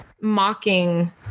mocking